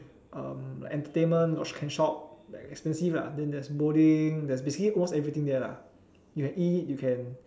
uh entertainment got can shop but expensive lah then there's bowling there's actually almost everything there lah you can eat you can